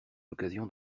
l’occasion